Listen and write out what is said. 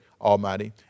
Almighty